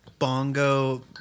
bongo